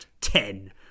Ten